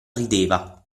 rideva